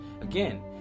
again